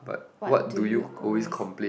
what do you always